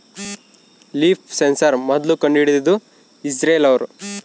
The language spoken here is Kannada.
ಲೀಫ್ ಸೆನ್ಸಾರ್ ಮೊದ್ಲು ಕಂಡು ಹಿಡಿದಿದ್ದು ಇಸ್ರೇಲ್ ಅವ್ರು